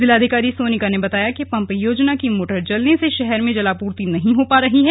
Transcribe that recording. जिलाधिकारी सोनिका ने बताया कि पंप योजना की मोटर जलने से शहर में जलापूर्ति नही हो पा रही है